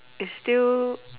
is still